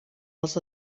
dels